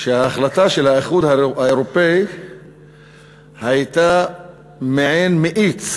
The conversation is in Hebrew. שההחלטה של האיחוד האירופי הייתה מעין מאיץ